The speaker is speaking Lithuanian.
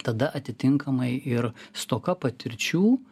tada atitinkamai ir stoka patirčių